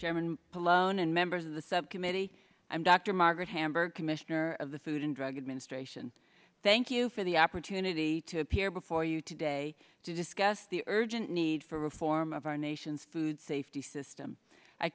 chairman alone and members of the subcommittee i'm dr margaret hamburg commissioner of the food and drug administration thank you for the opportunity to appear before you today to discuss the urgent need for reform of our nation's food safety system i